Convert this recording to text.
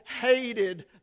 hated